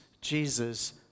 Jesus